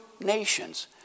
nations